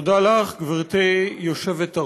תודה לך, גברתי היושבת-ראש.